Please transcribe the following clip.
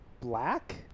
Black